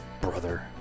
brother